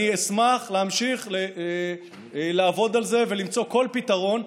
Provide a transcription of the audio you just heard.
אני אשמח להמשיך לעבוד על זה ולמצוא כל פתרון.